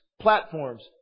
Platforms